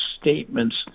statements